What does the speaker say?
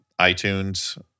iTunes